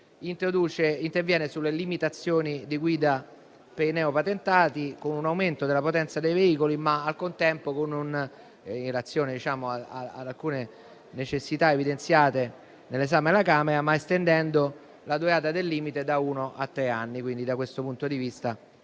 interviene sulle limitazioni di guida per i neopatentati, con un aumento della potenza dei veicoli, ma al contempo, in relazione ad alcune necessità evidenziate nell'esame alla Camera, estendendo la durata del limite da uno a tre anni. Quindi, da questo punto di vista,